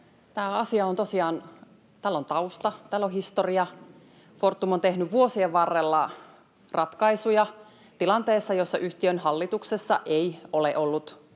tällä on tausta, tällä on historia. Fortum on tehnyt vuosien varrella ratkaisuja tilanteessa, jossa yhtiön hallituksessa ei ole ollut